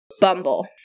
Bumble